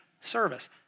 service